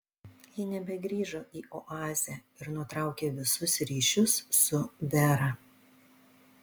ji nebegrįžo į oazę ir nutraukė visus ryšius su vera